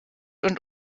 und